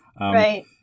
Right